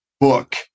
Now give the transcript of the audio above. book